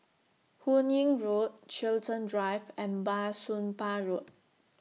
Hun Yeang Road Chiltern Drive and Bah Soon Pah Road